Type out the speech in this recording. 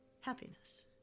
happiness